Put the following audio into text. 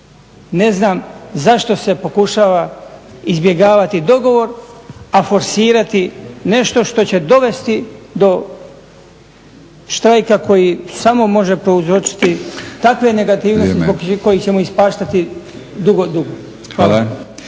Ne znam zašto se pokušava izbjegavati dogovor, a forsirati nešto što će dovesti do štrajka koji samo može prouzročiti takve negative zbog kojih ćemo ispaštati dugo, dugo.